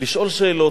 לשאול שאלות.